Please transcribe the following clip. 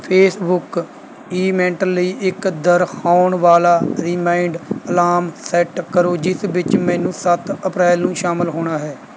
Facebook event ਲਈ ਇੱਕ ਦੁਹਰਾਉਣ ਵਾਲਾ ਰੀਮਾਈਂਡ ਅਲਾਰਮ ਸੈੱਟ ਕਰੋ ਜਿਸ ਵਿੱਚ ਮੈਨੂੰ ਸੱਤ ਅਪ੍ਰੈਲ ਨੂੰ ਸ਼ਾਮਲ ਹੋਣਾ ਹੈ